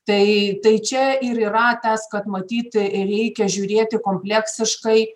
tai tai čia ir yra tas kad matyt reikia žiūrėti kompleksiškai